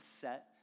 set